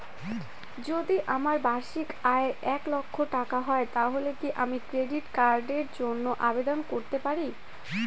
যদি আমার বার্ষিক আয় এক লক্ষ টাকা হয় তাহলে কি আমি ক্রেডিট কার্ডের জন্য আবেদন করতে পারি?